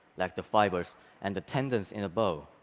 like the fibers and the tendons in a bow,